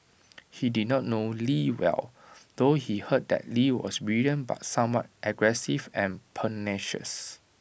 he did not know lee well though he heard that lee was brilliant but somewhat aggressive and pugnacious